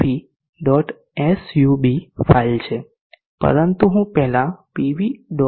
SUB file છે પરંતુ હું પહેલા આ PV